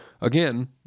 Again